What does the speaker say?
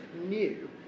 new